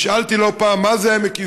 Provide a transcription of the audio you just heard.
נשאלתי לא פעם: מה זה עמק יזרעאל?